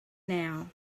now